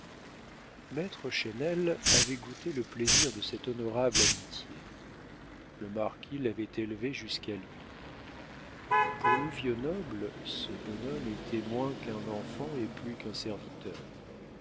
maître chesnel avait goûté le plaisir de cette honorable amitié le marquis l'avait élevé jusqu'à lui pour le vieux noble ce bonhomme était moins qu'un enfant et plus qu'un serviteur